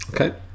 Okay